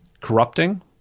corrupting